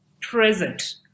present